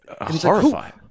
horrifying